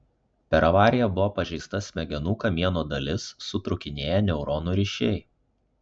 per avariją buvo pažeista smegenų kamieno dalis sutrūkinėję neuronų ryšiai